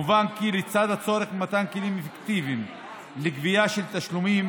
מובן כי לצד הצורך במתן כלים אפקטיביים לגבייה של תשלומים,